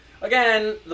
Again